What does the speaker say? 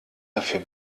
dafür